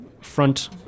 front